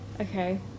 Okay